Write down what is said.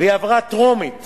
והיא עברה טרומית